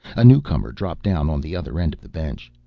a newcomer dropped down on the other end of the bench.